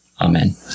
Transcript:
Amen